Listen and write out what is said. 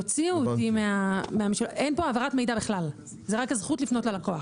אין פה העברת מידע בכלל, זה רק הזכות לפנות ללקוח.